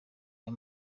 aya